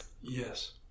yes